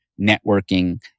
networking